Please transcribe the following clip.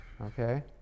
Okay